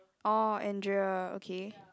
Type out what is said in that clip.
oh Andrea okay